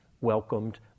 welcomed